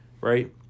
Right